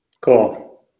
Cool